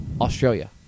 Australia